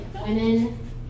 women